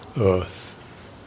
earth